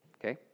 okay